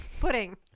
pudding